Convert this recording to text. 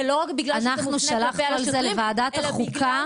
ולא רק בגלל שזה מופנה כלפי השוטרים,